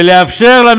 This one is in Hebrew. ולאפשר,